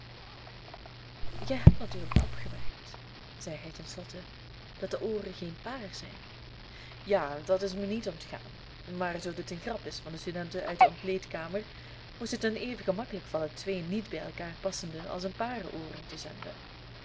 gij hebt natuurlijk opgemerkt zeide hij ten slotte dat de ooren geen paar zijn ja dat is mij niet ontgaan maar zoo dit een grap is van de studenten uit de ontleedkamer moest het hun even gemakkelijk vallen twee niet bij elkaar passende als een paar ooren te zenden